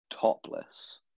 Topless